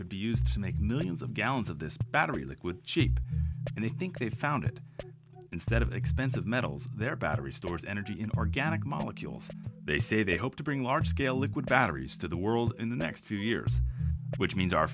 could be used to make millions of gallons of this battery liquid cheap and they think they found it instead of expensive metals they're battery stores energy in organic molecules they say they hope to bring large scale liquid batteries to the world in the next few years which means our